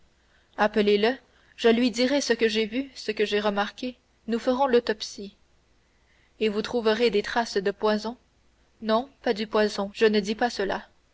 appelez-le je lui dirai ce que j'ai vu ce que j'ai remarqué nous ferons l'autopsie et vous trouverez des traces de poison non pas du poison je n'ai pas dit cela